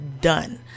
done